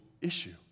issue